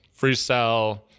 freestyle